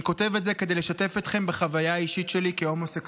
אני כותב את זה כדי לשתף אתכם בחוויה האישית שלי כהומוסקסואל.